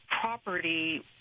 property